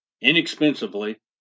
inexpensively